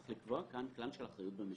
צריך לקבוע כאן כלל של אחריות במשותף,